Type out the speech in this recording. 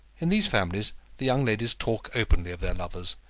in these families the young ladies talk openly of their lovers,